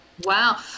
wow